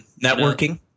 Networking